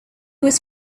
was